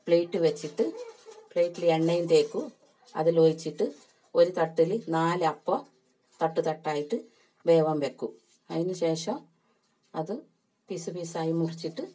plate വച്ചിട്ട് പ്ലേറ്റിൽ എണ്ണയും തേക്കും അതിലൊഴിച്ചിട്ട് ഒരു തട്ടിൽ നാല് അപ്പം തട്ട് തട്ടായിട്ട് വേവാൻ വയ്ക്കും അതിനു ശേഷം അത് പീസ് പീസായി മുറിച്ചിട്ട്